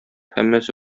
һәммәсе